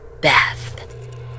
Beth